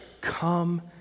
Come